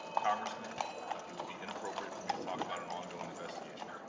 congressman it would be inappropriate for me to talk about an ongoing investigation.